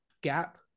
gap